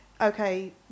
okay